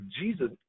Jesus